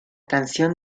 canción